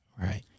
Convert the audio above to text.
Right